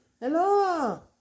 Hello